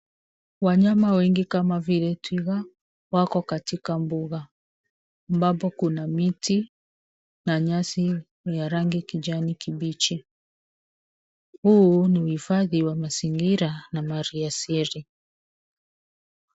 Wanyama wengi kama vile twiga wako katika mbuga ambapo kuna miti na nyasi ya rangi kijani kibichi huu ni uhifadhi wa mazingira na mali asili.